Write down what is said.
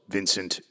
Vincent